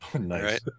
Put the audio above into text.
Nice